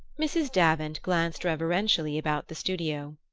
mrs. davant glanced reverentially about the studio.